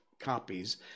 copies